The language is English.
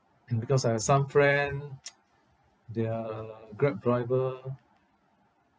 because I have some friend they are Grab driver